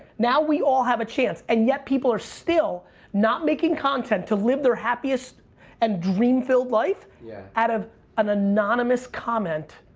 now, we all have a chance and yet people are still not making content to live their happiest and dream-filled life yeah out of an anonymous comment,